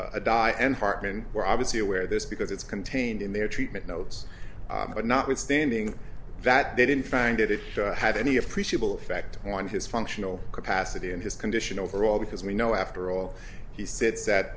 a die and parkman we're obviously aware this because it's contained in their treatment notes but notwithstanding that they didn't find it had any appreciable effect on his functional capacity and his condition overall because we know after all he said that